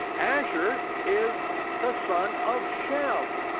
asher is the son of shem.